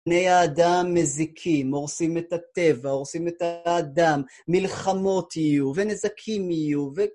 בני האדם מזיקים, הורסים את הטבע, הורסים את האדם, מלחמות יהיו ונזקים יהיו ו...